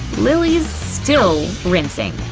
lily's still rinsing.